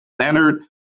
standard